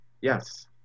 yes